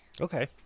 okay